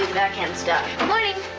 backhand stuff. morning.